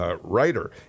writer